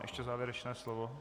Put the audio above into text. Ještě závěrečné slovo.